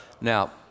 now